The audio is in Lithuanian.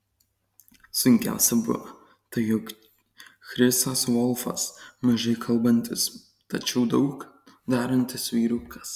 sunkiausia buvo tai jog chrisas volfas mažai kalbantis tačiau daug darantis vyrukas